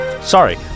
Sorry